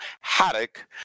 Haddock